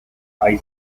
hay